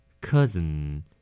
Cousin